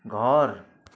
घर